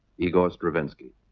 igor stravinsky.